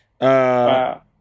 Wow